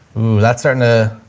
ooh, that's starting to,